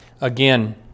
Again